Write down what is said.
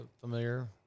Familiar